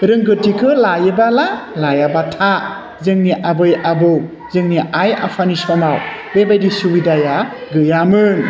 रोंगोथिखौ लायोबा ला लायाबा था जोंनि आबै आबौ जोंनि आइ आफानि समाव बेबादि सुबिदाया गैयामोन